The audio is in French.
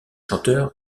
chanteur